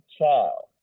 child